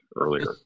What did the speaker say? earlier